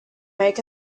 make